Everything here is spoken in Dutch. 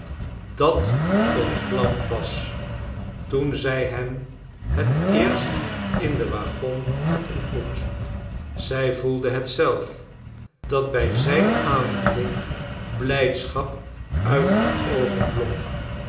dat ontvlamd was toen zij hem het eerst in den waggon had ontmoet zij voelde het zelf dat bij zijn aanblik blijdschap uit haar oogen blonk